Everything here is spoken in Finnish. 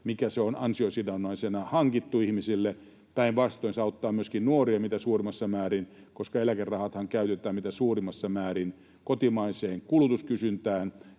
mikä se on ansiosidonnaisena hankittu ihmisille. Päinvastoin, se auttaa myöskin nuoria mitä suurimmassa määrin, koska eläkerahathan käytetään mitä suurimmassa määrin kotimaiseen kulutuskysyntään,